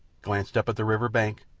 glanced up at the river-bank,